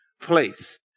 place